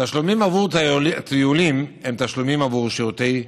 תשלומים עבור טיולים הם תשלומים עבור שירותי רשות.